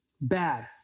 bad